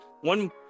one